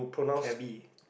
cabby